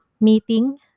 meeting